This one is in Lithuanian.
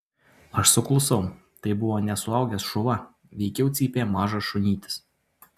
aš suklusau tai buvo ne suaugęs šuva veikiau cypė mažas šunytis